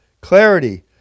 Clarity